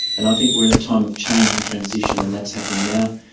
and i think we're in a time of change and transition and that's happening now.